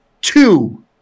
two